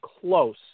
close